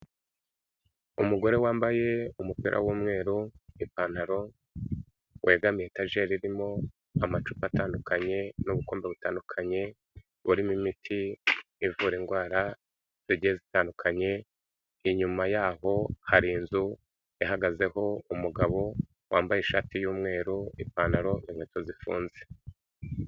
Umugore wambaye umupira w'umweru, ipantaro, wegamiye etajeri irimo amacupa atandukanye n'ubukombe butandukanye burimo imiti ivura indwara zigiye zitandukanye, inyuma yaho hari inzu ihagazeho umugabo wambaye ishati y'umweru, ipantaro, inkweto zifunze.